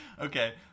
Okay